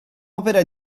opera